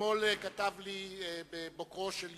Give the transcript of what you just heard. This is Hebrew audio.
אתמול כתב לי, בבוקרו של יום,